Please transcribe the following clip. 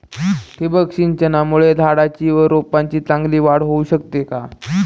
ठिबक सिंचनामुळे झाडाची व रोपांची चांगली वाढ होऊ शकते का?